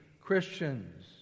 Christians